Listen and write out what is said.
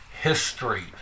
history